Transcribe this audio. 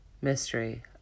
mystery